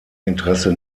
interesse